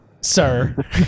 sir